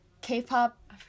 K-pop